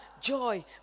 joy